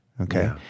Okay